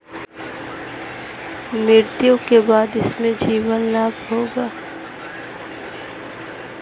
मुझे जीवन बीमा का लाभ कब मिलेगा?